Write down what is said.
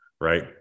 right